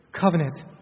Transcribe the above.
covenant